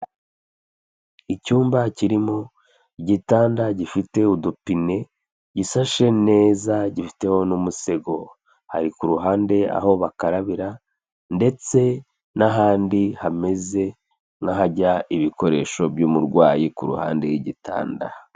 Icyumba kirimo mu igitanda gifite udupine, gisashe neza gifiteho n'umusego, hari ku ruhande aho bakarabira ndetse n'ahandi hameze nk'ahajya ibikoresho by'umurwayi ku ruhande y'igitanda.